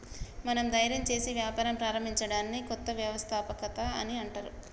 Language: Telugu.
మనం ధైర్యం సేసి వ్యాపారం ప్రారంభించడాన్ని కొత్త వ్యవస్థాపకత అని అంటర్